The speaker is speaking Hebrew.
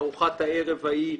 ארוחת הערב ההיא,